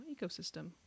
ecosystem